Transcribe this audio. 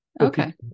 okay